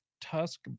Tusk